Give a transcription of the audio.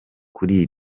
kuri